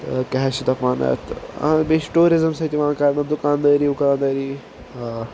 کیاہ حظ چھِ دپان اتھ بیٚیہِ چھُ ٹوٗرزم سۭتۍ یوان کرنہٕ دُکاندٲری وُکاندٲری آ